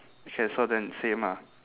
okay so then same ah